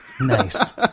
Nice